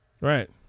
Right